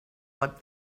what